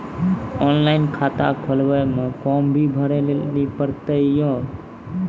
Online खाता खोलवे मे फोर्म भी भरे लेली पड़त यो?